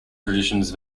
traditions